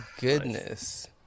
goodness